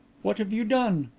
what have you done?